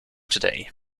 today